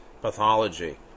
pathology